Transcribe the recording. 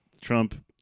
Trump